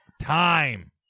time